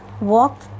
walk